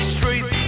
Street